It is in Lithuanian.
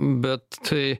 bet tai